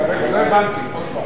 הבנתי.